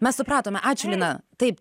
mes supratome ačiū lina taip